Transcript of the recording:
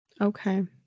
Okay